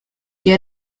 que